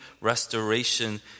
restoration